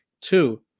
Two